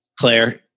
Claire